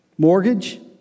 mortgage